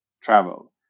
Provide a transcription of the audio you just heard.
travel